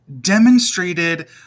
demonstrated